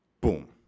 boom